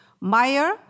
Meyer